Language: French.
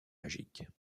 magiques